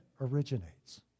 originates